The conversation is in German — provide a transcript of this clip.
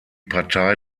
partei